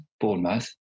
Bournemouth